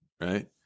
Right